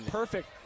perfect